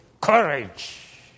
Courage